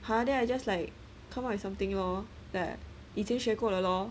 !huh! then I just like come up with something lor that 已经学够了 lor